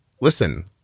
listen